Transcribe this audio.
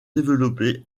développé